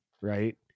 right